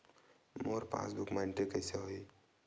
मोर passbook मा entry कइसे होही?